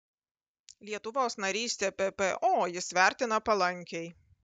lietuvos narystę ppo jis vertina palankiai